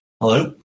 Hello